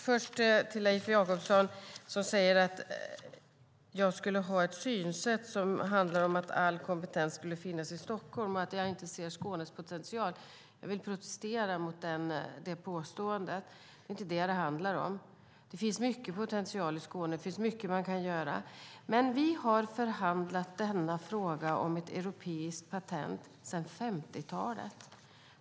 Fru talman! Leif Jakobsson säger att jag skulle ha synsättet att all kompetens skulle finnas i Stockholm och att jag inte ser Skånes potential. Jag vill protestera mot det påståendet. Det är inte vad det handlar om. Det finns mycket potential i Skåne och mycket man kan göra. Vi har dock förhandlat frågan om ett europeiskt patent sedan 50-talet.